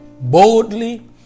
boldly